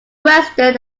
western